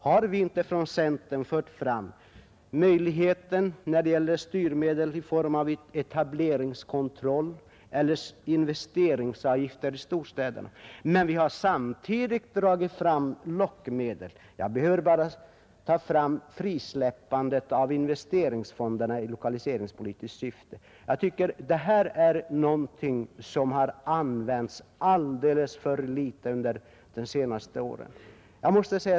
Har vi inte från centern fört fram möjligheten av styrmedel i form av etableringskontroll eller investeringsavgifter i storstäderna? Samtidigt har vi dragit fram lockmedel. Jag behöver bara nämna frisläppandet av investeringsfonderna i lokaliseringspolitiskt syfte. Det är ett medel som har använts alldeles för litet de senaste åren.